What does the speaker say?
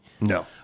No